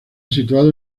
situado